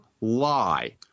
lie